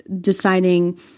deciding